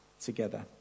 together